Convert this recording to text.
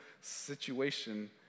situation